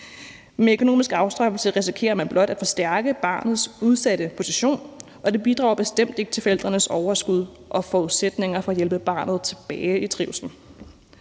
Med økonomisk afstraffelse risikerer man blot at forstærke barnets udsatte position, og det bidrager bestemt ikke til forældrenes overskud og forudsætninger for at hjælpe barnet tilbage i trivsel.